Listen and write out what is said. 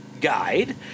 guide